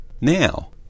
Now